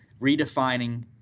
redefining